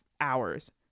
hours